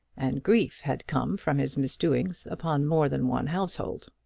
and grief had come from his misdoings upon more than one household